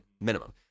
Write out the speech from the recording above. Minimum